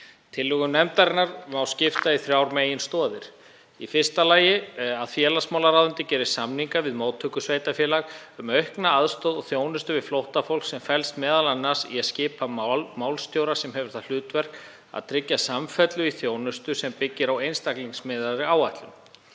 Tillögum nefndarinnar má skipta í þrjár meginstoðir. Í fyrsta lagi að félagsmálaráðuneytið geri samninga við móttökusveitarfélög um aukna aðstoð og þjónustu við flóttafólk sem felst m.a. í að skipa málstjóra sem hefur það hlutverk að tryggja samfellu í þjónustu sem byggir á einstaklingsmiðaðri áætlun.